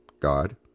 God